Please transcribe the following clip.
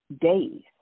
days